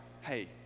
hey